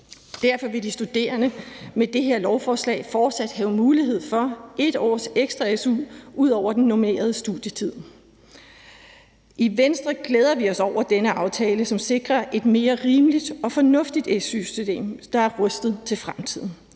Derfor vil de studerende med dette lovforslag fortsat have mulighed for 1 års ekstra su ud over den normerede studietid. I Venstre glæder vi os over denne aftale, som sikrer et mere rimeligt og fornuftigt su-system, der er rustet til fremtiden.